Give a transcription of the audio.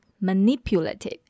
manipulative